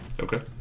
Okay